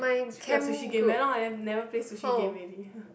speaking of sushi game very long I never play sushi game already